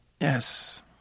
Yes